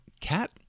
Cat